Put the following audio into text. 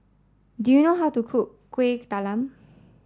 do you know how to cook Kueh Talam